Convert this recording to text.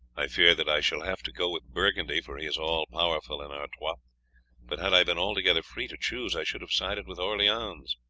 i fear that i shall have to go with burgundy, for he is all-powerful in artois but had i been altogether free to choose, i should have sided with orleans.